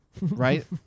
Right